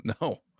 No